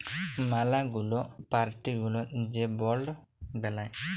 ম্যালা গুলা পার্টি গুলা যে বন্ড বেলায়